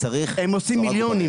הם עושים מיליונים,